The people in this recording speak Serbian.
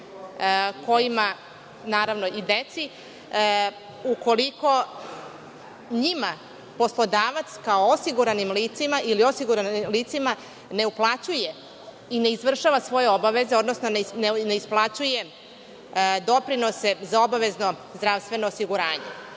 ženama naravno i deci, ukoliko njima poslodavac kao osiguranim licima ne uplaćuje i ne izvršava svoje obaveze, odnosno ne isplaćuje doprinose za obavezno zdravstveno osiguranje. Ovde